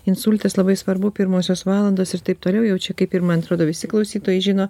insultas labai svarbu pirmosios valandos ir taip toliau jau čia kaip ir man atrodo visi klausytojai žino